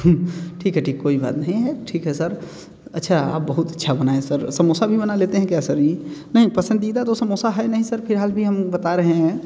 ठीक है ठीक है कोई बात नहीं है ठीक है सर अच्छा आप बहुत अच्छा बनाए हैं सर समोसा भी बना लेते हैं क्या सर यहीं नहीं पसंदीदा तो समोसा है नहीं सर फ़िलहाल भी हम बता रहे हैं